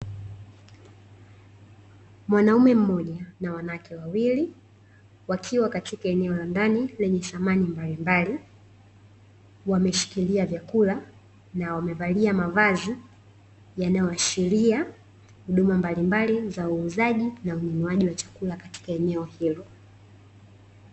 Mwanaume mmoja na wanawake wawili, wakiwa katika eneo la ndani lenye samani mbalimbali, wameshikilia vyakula na wamevalia mavazi yanayoashiria huduma mbalimbali za uuzaji, na ununuaji wa chakula katika eneo hilo .